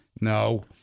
No